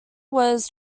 was